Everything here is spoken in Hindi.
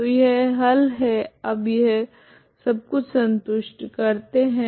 तो यह हल है अब यह सब कुछ संतुष्ट करते है